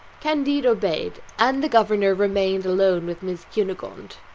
candide obeyed, and the governor remained alone with miss cunegonde.